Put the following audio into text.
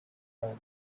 royal